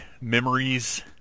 memories